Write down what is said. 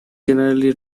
generally